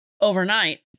overnight